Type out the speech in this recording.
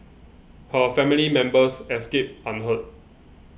her family members escaped unhurt